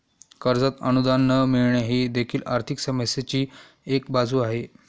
कर्जात अनुदान न मिळणे ही देखील आर्थिक समस्येची एक बाजू आहे